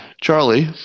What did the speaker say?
Charlie